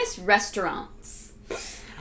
restaurants